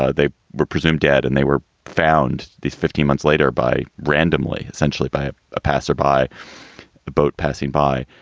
ah they were presumed dead and they were found these fifty months later by randomly, essentially by a ah passer by boat passing by.